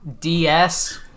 DS